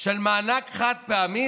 של מענק חד-פעמי,